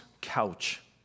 couch